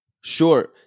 sure